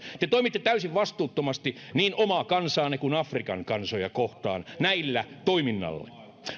te toimitte täysin vastuuttomasti niin omaa kansaanne kuin afrikan kansoja kohtaan tällä toiminnalla